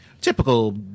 Typical